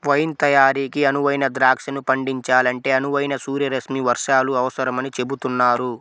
wine తయారీకి అనువైన ద్రాక్షను పండించాలంటే అనువైన సూర్యరశ్మి వర్షాలు అవసరమని చెబుతున్నారు